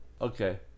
Okay